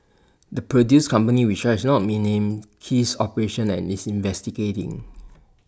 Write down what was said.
the produce company which has not been named ceased operations and is investigating